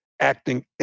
acting